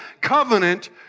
covenant